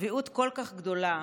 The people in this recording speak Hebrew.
צביעות כל כך גדולה,